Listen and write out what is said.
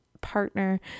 partner